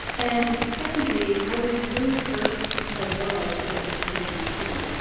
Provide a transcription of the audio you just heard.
and secondly, i was really hurt because i realized that it was really true